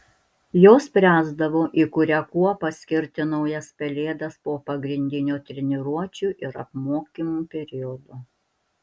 jos spręsdavo į kurią kuopą skirti naujas pelėdas po pagrindinio treniruočių ir apmokymų periodo